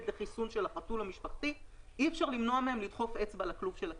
לחיסון של החתול המשפחתי לדחוף אצבע לכלוב של הכלב.